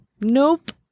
Nope